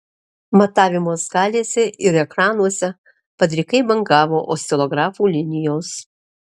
matavimo skalėse ir ekranuose padrikai bangavo oscilografų linijos